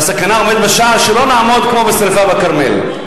והסכנה עומדת בשער, שלא נעמוד כמו בשרפה בכרמל.